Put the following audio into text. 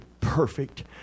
perfect